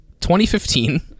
2015